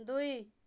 ଦୁଇ